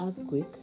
earthquake